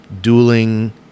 dueling